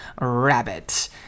rabbit